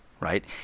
right